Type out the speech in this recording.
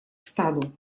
стаду